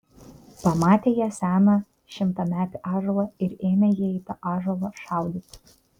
pamatė jie seną šimtametį ąžuolą ir ėmė jie į tą ąžuolą šaudyti